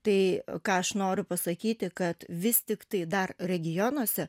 tai ką aš noriu pasakyti kad vis tiktai dar regionuose